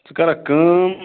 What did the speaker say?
ژٕ کَرَکھ کٲم